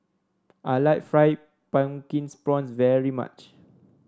I like Fried Pumpkin Prawns very much